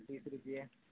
آلو بیس روپیے